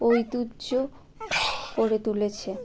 ঐতিহ্য করে তুলেছে